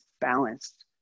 balanced